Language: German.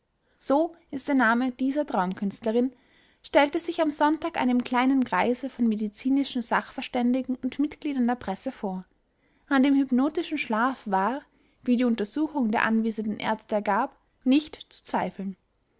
so ist der name dieser traumkünstlerin stellte sich am sonntag einem kleinen kreise von medizinischen sachverständigen und mitgliedern der presse vor an dem hypnotischen schlaf war wie die untersuchung der anwesenden ärzte ergab nicht zu zweifeln